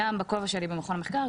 גם בכובע שלי במכון מחקר,